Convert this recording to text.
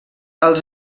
als